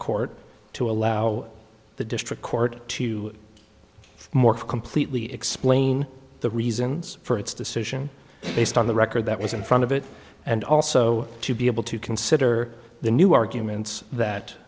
court to allow the district court to more completely explain the reasons for its decision based on the record that was in front of it and also to be able to consider the new arguments that